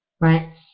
Right